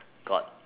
got